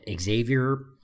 Xavier